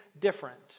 different